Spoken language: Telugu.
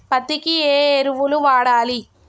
పత్తి కి ఏ ఎరువులు వాడాలి?